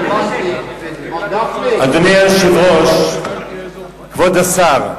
אדוני היושב-ראש, כבוד השר,